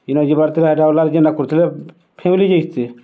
ଇନ ଯିବାର୍ ଥିଲା ହେଟା ଓଲାର ଜେନ୍ଟା କରୁଥିଲେ ଫ୍ୟାମିଲି ଯାଇଥିତେ